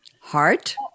heart